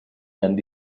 andy